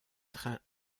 train